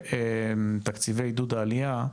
ותקציבי עידוד עלייה,